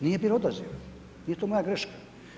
Nije bilo odaziva, nije to moja greška.